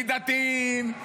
מדתיים,